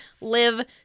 live